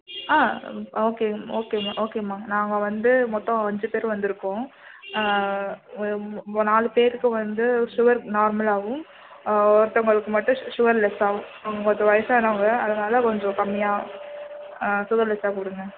ஆ okay ம் ஓகேம்மா ஓகேம்மா நாங்கள் வந்து மொத்தம் அஞ்சு பேர் வந்திருக்கோம் நாலு பேருக்கு வந்து ஷுகர் நார்மலாகவும் ஒருத்தவங்களுக்கு மட்டும் ஷ் ஷுகர் லெஸ்ஸாகவும் ஒருத்தவங்க வயதானவுங்க அதனால கொஞ்சம் கம்மியாக ஷுகர்லெஸ்ஸாக கொடுங்க